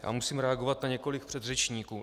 Já musím reagovat na několik předřečníků.